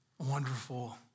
wonderful